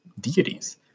deities